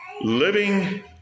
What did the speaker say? living